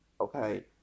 okay